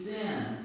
sin